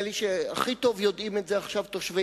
עוד עז אחת שנשארה בספר התקציב זה העניין